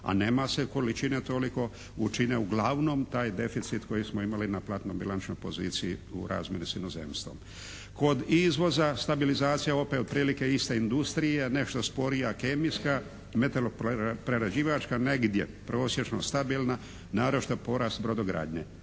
a nema se količine toliko čine uglavnom taj deficit koji smo imali na platnoj bilančnoj poziciji u razmjeni s inozemstvom. Kod izvoza stabilizacija opet otprilike ista industriji. Nešto sporija kemijska, metaloprerađivačka negdje prosječno stabilna. Naročit porast brodogradnje.